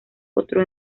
otro